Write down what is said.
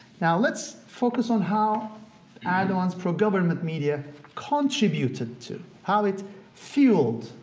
now, let's focus on how erdogan's pro-government media contributed to, how it fueled,